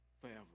forever